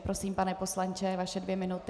Prosím, pane poslanče, vaše dvě minuty.